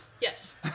yes